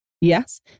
Yes